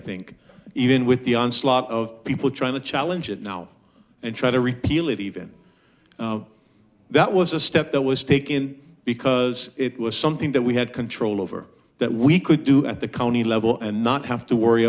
think even with the onslaught of people trying to challenge it now and try to repeal it even that was a step that was taken because it was something that we had control over that we could do at the county level and not have to worry